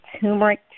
turmeric